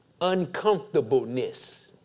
uncomfortableness